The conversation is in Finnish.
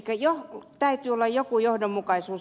elikkä täytyy olla joku johdonmukaisuus